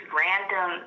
random